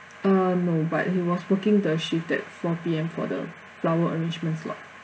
uh no but he was working the shift that four P_M for the flower arrangement slot